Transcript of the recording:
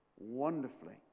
wonderfully